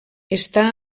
està